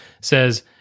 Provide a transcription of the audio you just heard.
says